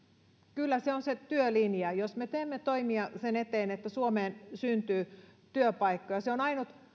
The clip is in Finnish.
kyllä se on se työlinja jos me teemme toimia sen eteen että suomeen syntyy työpaikkoja se on ainut